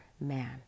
man